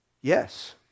Yes